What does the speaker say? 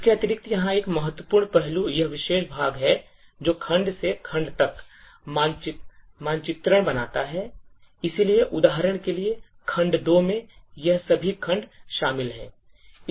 इसके अतिरिक्त यहाँ पर एक महत्वपूर्ण पहलू यह विशेष भाग है जो खंड से खंड तक मानचित्रण बनाता है इसलिए उदाहरण के लिए खंड 2 में यह सभी खंड शामिल हैं